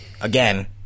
Again